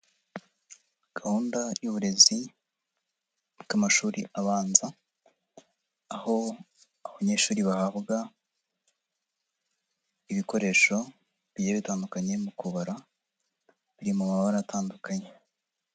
Gahunda y'uburezi bw'amashuri abanza, aho abanyeshuri bahabwa ibikoresho bigiye bitandukanye mu kubara, biri mu mabara atandukanye.